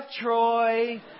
Troy